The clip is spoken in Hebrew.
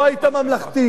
לא היית ממלכתי.